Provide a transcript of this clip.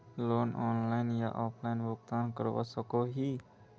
Loan online या offline भुगतान करवा सकोहो ही?